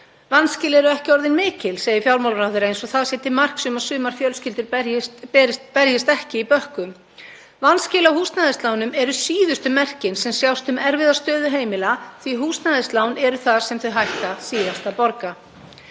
Vanskil eru ekki orðin mikil, segir fjármálaráðherra, eins og það sé til marks um að sumar fjölskyldur berjist ekki í bökkum. Vanskil á húsnæðislánum eru síðustu merkin sem sjást um erfiða stöðu heimila því húsnæðislán eru það sem þau hætta síðast að borga.